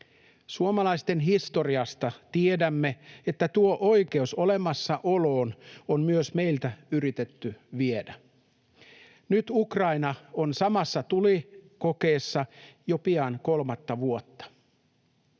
Suomalaisten historiasta tiedämme, että tuo oikeus olemassaoloon on myös meiltä yritetty viedä. Nyt Ukraina on samassa tulikokeessa jo pian kolmatta vuotta.